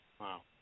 Wow